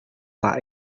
pak